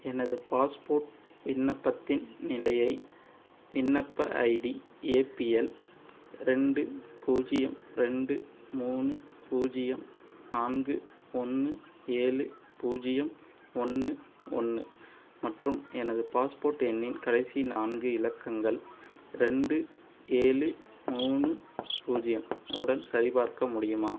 எனது பாஸ்போர்ட் விண்ணப்பத்தின் நிலையை விண்ணப்ப ஐடி ஏபிஎல் ரெண்டு பூஜ்ஜியம் ரெண்டு மூணு பூஜ்ஜியம் நான்கு ஒன்று ஏழு பூஜ்ஜியம் ஒன்று ஒன்று மற்றும் எனது பாஸ்போர்ட் எண்ணின் கடைசி நான்கு இலக்கங்கள் ரெண்டு ஏழு மூணு பூஜ்ஜியம் உடன் சரிபார்க்க முடியுமா